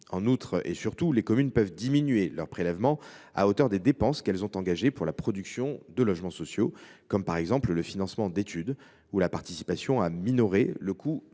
En outre et surtout, les communes peuvent diminuer leur prélèvement à hauteur des dépenses qu’elles ont engagées pour la production de logements sociaux, comme le financement d’études ou leurs efforts pour minorer le coût